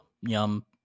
yum